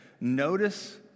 notice